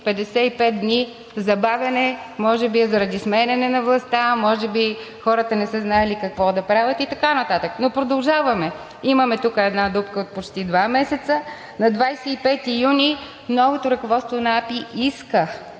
55 дни забавяне, може би е заради сменяне на властта, може би хората не са знаели какво да правят и така нататък. Но продължаваме. Имаме тук една дупка от почти два месеца. На 25 юни 2021 г. новото ръководство на АПИ иска